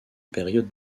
période